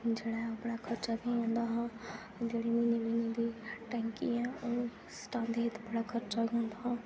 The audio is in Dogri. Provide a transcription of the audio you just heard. जेह्ड़ा अपना खर्चा होई जंदा हा जेह्ड़ी उं'दी टैंकी ही ओह् सटांदे हे ते बड़ा खर्चा